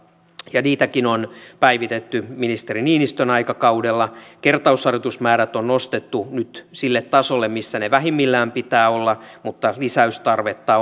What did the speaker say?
ja niitäkin on päivitetty ministeri niinistön aikakaudella kertausharjoitusmäärät on nostettu nyt sille tasolle missä ne vähimmillään pitää olla mutta lisäystarvetta